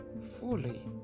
fully